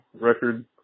record